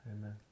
Amen